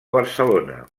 barcelona